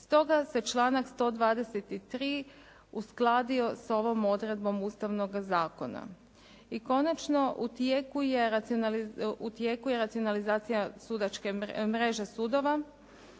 Stoga se članak 123. uskladio sa ovom odredbom ustavnoga zakona. I konačno u tijeku je racionalizacija sudačke